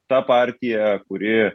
ta partija kuri